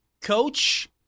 Coach